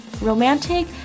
romantic